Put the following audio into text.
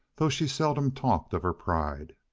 though she seldom talked of her pride.